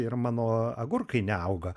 ir mano agurkai neauga